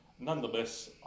Nonetheless